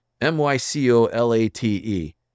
M-Y-C-O-L-A-T-E